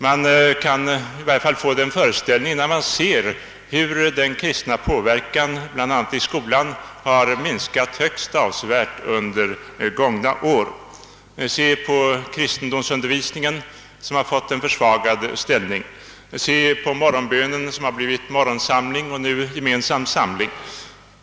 Man kan i varje fall få den föreställningen när man ser hur den kristna påverkan, bland annat i skolan, högst avsevärt minskat under gångna år. Se på kristendomsundervisningen som har fått en försvagad ställning, se på morgonbönen som har blivit morgonsamling och nu gemensam samling!